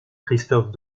christophe